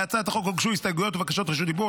להצעת החוק הוגשו הסתייגויות ובקשות רשות דיבור.